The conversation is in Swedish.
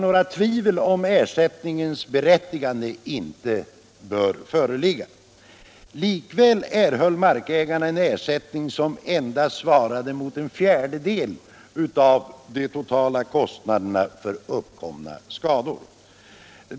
Något tvivel om ersättningens berättigande bör således inte föreligga. Likväl erhöll markägarna en ersättning som endast svarade mot en fjärdedel av de totala kostnaderna för uppkomna skador.